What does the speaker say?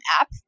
app